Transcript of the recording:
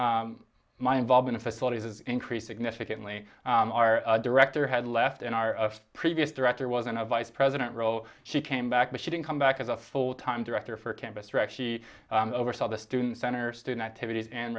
my involved in a facility has increased significantly our director had left and our previous director wasn't a vice president roh she came back but she didn't come back as a full time director for campus track she oversaw the student center student activities and